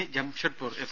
C Jamshedpur F